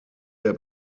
der